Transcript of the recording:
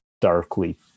darkly